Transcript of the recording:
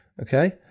okay